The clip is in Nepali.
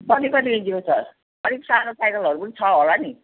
कति कति इन्चीको छ अलिक सानो साइकलहरू पनि छ होला नि